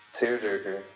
Tearjerker